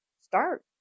start